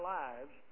lives